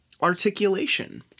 articulation